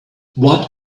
what